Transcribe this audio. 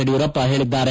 ಯಡಿಯೂರಪ್ಪ ಹೇಳಿದ್ದಾರೆ